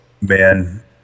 Man